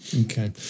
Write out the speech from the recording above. Okay